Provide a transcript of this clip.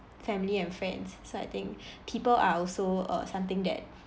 family and friends so I think people are also uh something that